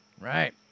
right